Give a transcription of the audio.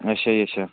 ਅੱਛਾ ਜੀ ਅੱਛਾ